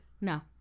No